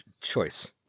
Choice